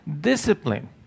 discipline